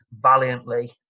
valiantly